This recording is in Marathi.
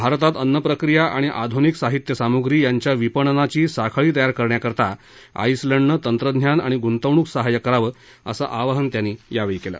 भारतात अन्नप्रक्रिया आणि आधुनिक साहित्य साम्रुगी यांच्या विपण्नाची साखळी तयार करण्याकरता आइसलंडनं तंत्रज्ञान आणि गुंतवणूक सहाय्य करावं असं आवाहन त्यांनी यावेळी केलं